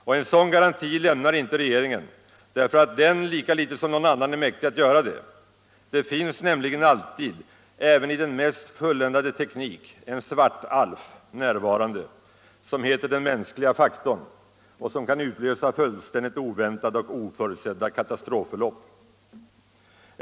Och en sådan garanti lämnar inte regeringen, därför att den lika litet som någon annan är mäktig att göra det — det finns nämligen alltid även i den mest fulländade teknik en svartalf närvarande, som heter den mänskliga faktorn och som kan utlösa fullständigt oväntade och oförutsedda katastrofförlopp.